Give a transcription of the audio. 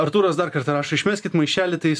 artūras dar kartą rašo išmeskit maišelį tai jis